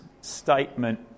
statement